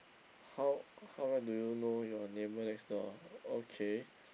how how well do you know your neighbour next door okay